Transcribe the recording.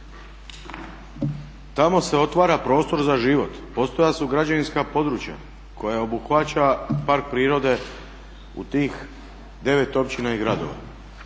Tamo se otvara prostor za život, postojala su građevinska područja koja obuhvaća park prirode u tih 9 općina i gradova.